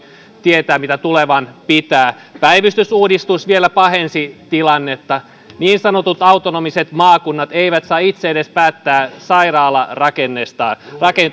tietää mitä tuleman pitää päivystysuudistus vielä pahensi tilannetta niin sanotut autonomiset maakunnat eivät saa itse edes päättää sairaalarakenteestaan